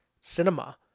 cinema